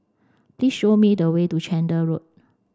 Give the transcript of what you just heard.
please show me the way to Chander Road